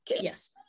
Yes